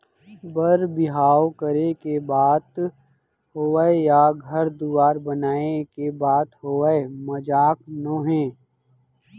बर बिहाव करे के बात होवय या घर दुवार बनाए के बात होवय मजाक नोहे